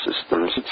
Systems